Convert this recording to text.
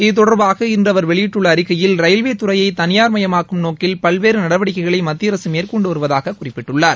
இது தொடர்பாக இன்று அவர் வெளியிட்டுள்ள அறிக்கையில் ரயில்வேத் துறையை தனியார்மயமாக்கும் நோக்கில் பல்வேறு நடவடிக்கைகளை மத்திய அரசு மேற்கொண்டு வருவதாகக் குறிப்பிட்டுள்ளார்